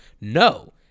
no